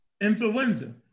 Influenza